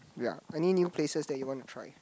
yea any new places that you want to try